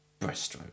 Breaststroke